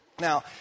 Now